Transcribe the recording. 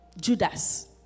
Judas